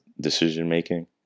decision-making